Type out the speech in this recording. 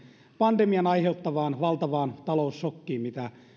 pandemian aiheuttamaan valtavaan taloussokkiin minkä